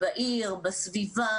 זה קשה.